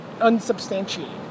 unsubstantiated